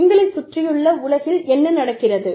உங்களைச் சுற்றியுள்ள உலகில் என்ன நடக்கிறது